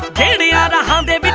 daddy and um yeah but